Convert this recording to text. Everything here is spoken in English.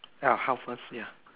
ya how first ya